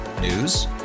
news